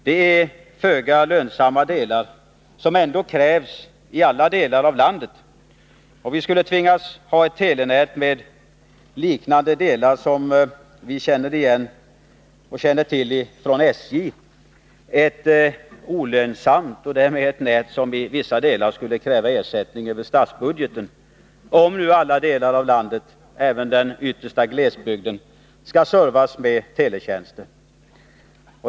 Det är föga lönsamma delar, som ändå krävs i hela landet. Vi skulle tvingas ha ett telenät med delar liknande dem som vi känner till från SJ — ett olönsamt nät och därmed ett nät som i vissa delar skulle kräva ersättning över statsbudgeten, om nu alla delar av landet, även den yttersta glesbygden, skall servas med teletjänster.